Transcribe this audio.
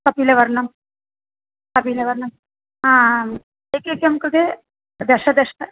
कपिलवर्णं कपिलवर्णम् आम् एकैकं कृते दश दश